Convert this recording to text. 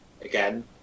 again